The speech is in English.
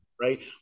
Right